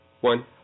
one